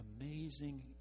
Amazing